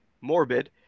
morbid